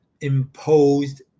imposed